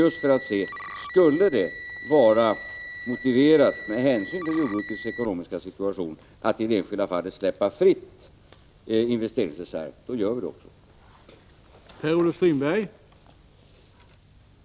Om det skulle vara motiverat, med hänsyn till jordbrukets ekonomiska situation, att i det enskilda fallet släppa fri en investeringsreserv gör vi det också.